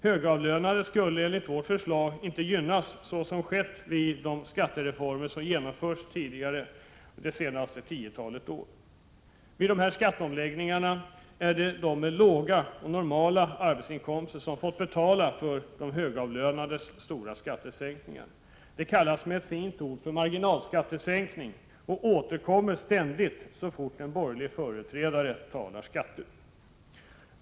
Högavlönade skulle enligt vårt förslag inte gynnas, såsom skett vid de skattereformer som genomförts under de senaste tiotalet år. Vid dessa skatteomläggningar är det de med låga och normala arbetsinkomster som fått betala för de högavlönades stora skattesänkningar. Det kallas med ett fint ord för marginalskattesänkning och återkommer ständigt när en borgerlig företrädare talar skatter.